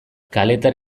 kaletar